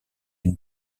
une